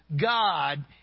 God